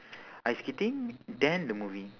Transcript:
ice skating then the movie